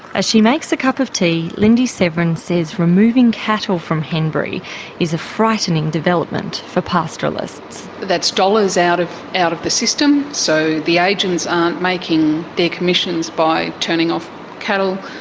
as she makes a cup of tea, lyndee severin says removing cattle from henbury is a frightening development for pastoralists. that's dollars out of out of the system, so the agents aren't making their commissions by turning off cattle,